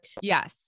Yes